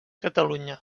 catalunya